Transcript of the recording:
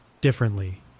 differently